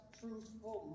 truthful